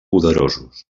poderosos